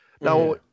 now